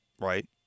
right